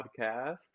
podcast